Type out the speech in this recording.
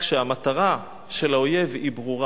כשהמטרה של האויב היא ברורה,